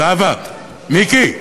זהבה, מיקי,